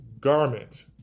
Garment